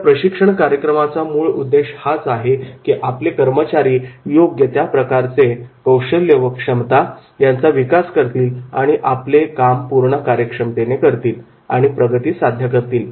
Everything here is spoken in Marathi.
या प्रशिक्षण कार्यक्रमाचा मूळ उद्देश हाच आहे की आपले कर्मचारी योग्य त्या प्रकारचे कौशल्य व क्षमता यांचा विकास करतील आणि आपले काम पूर्ण कार्यक्षमतेने करतील आणि प्रगती साध्य करतील